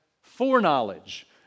foreknowledge